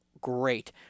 great